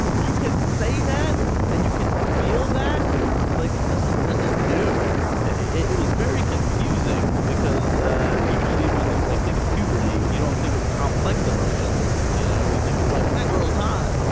you can say that and you can feel that like this is this is new it was very confusing because ah usually when you like think of puberty you don't think of complex emotions you know you think of like that girl's heart.